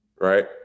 Right